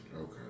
okay